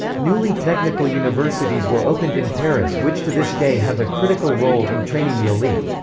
newly technical universities were opened in paris which to this day have a critical role in training the elite.